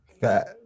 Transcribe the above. fat